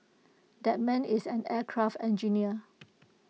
that man is an aircraft engineer